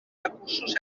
recursos